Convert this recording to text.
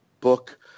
book